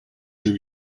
two